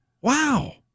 Wow